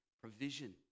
provision